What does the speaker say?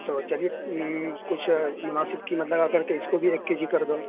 تو چلیے کچھ مناسب قیمت لگا کر کے اس کو بھی ایک کے جی کر دو